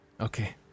Okay